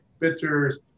pictures